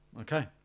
Okay